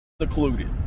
Secluded